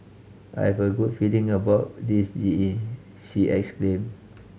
I have a good feeling about this G E she exclaimed